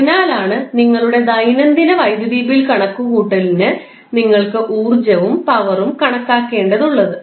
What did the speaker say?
അതിനാലാണ് നിങ്ങളുടെ ദൈനംദിന വൈദ്യുതി ബിൽ കണക്കുകൂട്ടലിന് നിങ്ങൾക്ക് ഊർജ്ജവും പവറും കണക്കാക്കേണ്ടതുള്ളത്